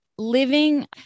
Living